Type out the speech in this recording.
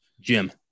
Jim